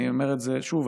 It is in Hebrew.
אני אומר את זה שוב,